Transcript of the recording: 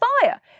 fire